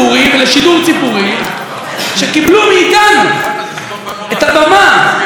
שקיבלו מאיתנו את הבמה לשדר את האמת,